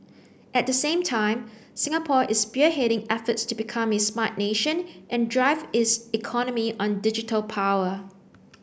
at the same time Singapore is spearheading efforts to become a smart nation and drive its economy on digital power